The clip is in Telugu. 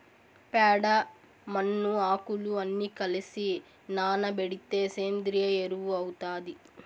ప్యాడ, మన్ను, ఆకులు అన్ని కలసి నానబెడితే సేంద్రియ ఎరువు అవుతాది